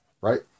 Right